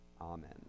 Amen